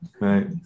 right